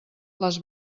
les